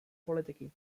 politiky